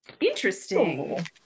Interesting